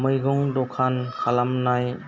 मैगं दखान खालामनाय